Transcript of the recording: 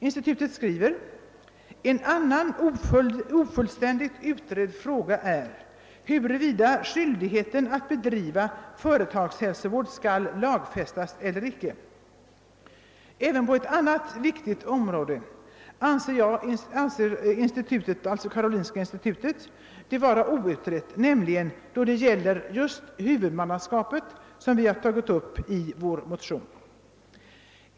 Institutet skriver: »En annan ofuliständigt utredd fråga är huruvida skyldigheten att. bedriva företagshälsovård skall lagfästas eller icke.» Även på ett annat viktigt område anser karolinska institutet frågan om lagstiftning vara outredd, nämligen beträffande huvudmannaskapet som vi har tagit upp i vår motion.